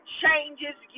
changes